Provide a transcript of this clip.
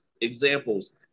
examples